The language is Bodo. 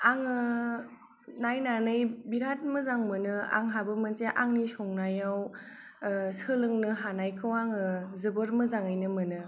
आङो नायनानै बिराद मोजां मोनो आंहाबो मोनसे आंनि संनायाव सोलोंनो हानायखौ आङो जोबोर मोजांयैनो मोनो